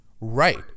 Right